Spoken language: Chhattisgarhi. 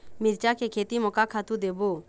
मिरचा के खेती म का खातू देबो?